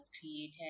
created